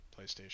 playstation